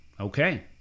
Okay